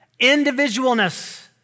individualness